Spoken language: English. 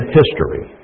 history